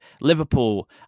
Liverpool